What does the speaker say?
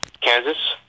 Kansas